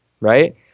right